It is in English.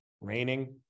raining